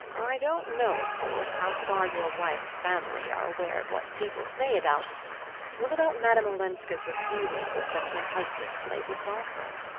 i don't know, of course, how far your wife's family are aware of what people say about well, about madame olenska's refusal to accept her husband's latest offer.